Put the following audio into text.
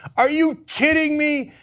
are you kidding me?